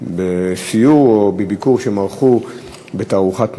בסיור או בביקור שהם ערכו בתערוכת מדע,